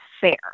fair